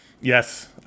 Yes